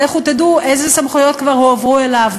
לכו תדעו איזה סמכויות כבר הועברו אליו.